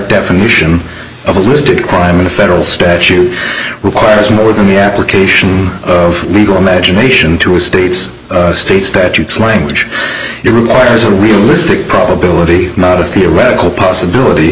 definition of a list a crime in a federal statute requires more than the application of legal imagination to a state's state statutes language it requires a realistic probability not a theoretical possibility